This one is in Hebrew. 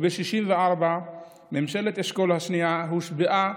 ב-1964 ממשלת אשכול השנייה הושבעה